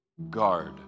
guard